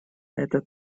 это